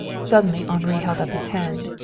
suddenly henri held up his hand.